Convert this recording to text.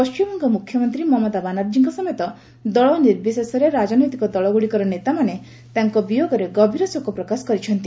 ପଣ୍ଟିମବଙ୍ଗ ମ୍ରଖ୍ୟମନ୍ତ୍ରୀ ମମତା ବାନାର୍ଜୀଙ୍କ ସମେତ ଦଳ ନିର୍ବିଶେଷରେ ରାଜନୈତିକ ଦଳଗ୍ରଡ଼ିକର ନେତାମାନେ ତାଙ୍କ ବିୟୋଗରେ ଗଭୀର ଶୋକପ୍ରକାଶ କରିଛନ୍ତି